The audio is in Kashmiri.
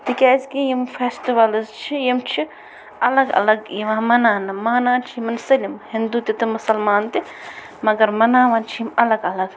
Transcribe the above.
تِکیٛازِ کہِ یِم فٮ۪سٹٕولٕز چھٕ یِم الگ الگ یِوان مناونہٕ مانان چھٕ یِمَن سٲلِم ہندو تہِ تہٕ مُسلمان تہِ مگر مناوان چھِ یِم الگ الگ